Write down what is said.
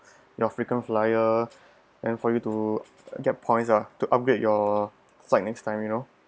your frequent flier and for you to get points ah to update your site next time you know